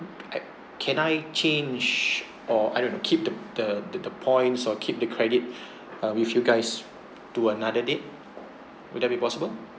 I can I change or I don't know keep the the the the points or keep the credit uh with you guys to another date will that be possible